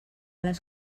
les